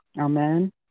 Amen